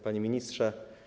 Panie Ministrze!